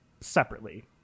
separately